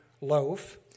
loaf